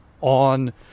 on